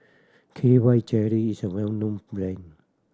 K Y Jelly is a well known brand